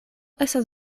estas